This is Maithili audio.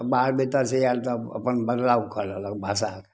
बाहर भीतर जे आएल सब अपन बदलाव कऽ लेलक भाषा